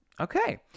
okay